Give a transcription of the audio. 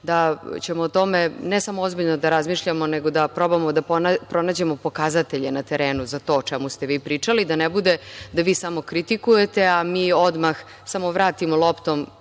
da ćemo o tome ne samo ozbiljno da razmišljamo, nego da probamo da pronađemo pokazatelje na terenu za to o čemu ste vi pričali. Da ne bude da vi samo kritikujete, a mi odmah samo vratimo loptu